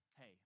hey